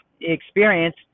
experience